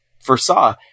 foresaw